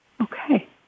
Okay